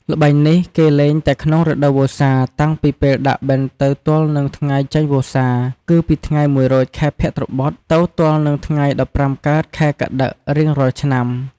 ល្បែងនេះ គេលេងតែក្នុងរដូវវស្សា តាំងពីពេលដាក់បិណ្ឌទៅ ទល់នឹងថ្ងៃចេញវស្សា គឺពីថ្ងៃ ១ រោច ខែភទ្របទ ទៅទល់នឹងថៃ ១៥ កើត ខែកត្តិក រៀងរាល់ឆ្នាំ ។